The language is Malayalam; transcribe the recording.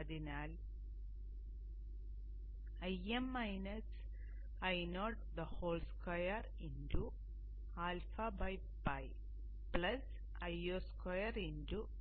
അതിനാൽ 2 απ Io2